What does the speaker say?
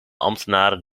ambtenaren